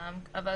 ולכן